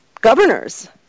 governors